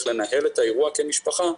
איך לנהל את האירוע כמשפחה,